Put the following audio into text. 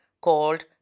called